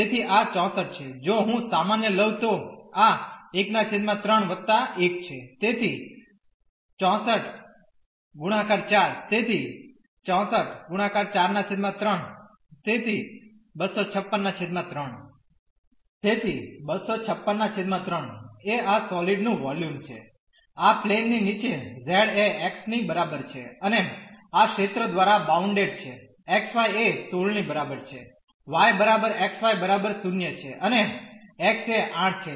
તેથી આ 64 છે જો હું સામાન્ય લઉં તો આ 1૩ 1 છે તેથી 64 × 4 તેથી તેથી 2563 એ આ સોલિડ નું વોલ્યુમછે આ પ્લેન ની નીચે z એ xની બરાબર છે અને આ ક્ષેત્ર દ્વારા બાઉન્ડેડ છે xy એ 16 ની બરાબર છે y બરાબર xy બરાબર 0 છે અને x એ 8 છે